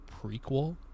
prequel